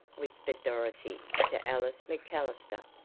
whispered dorothy to alice macallister,